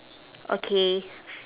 okay